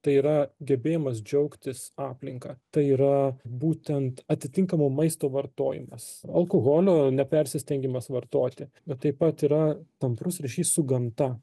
tai yra gebėjimas džiaugtis aplinka tai yra būtent atitinkamo maisto vartojimas alkoholio ne persistengimas vartoti bet taip pat yra tamprus ryšys su gamta